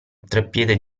treppiede